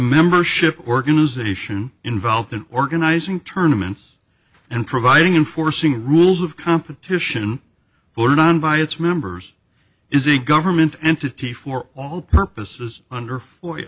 membership organization involved in organizing tournaments and providing in forcing rules of competition voted on by its members is a government entity for all purposes under